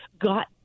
got